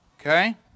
Okay